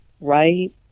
right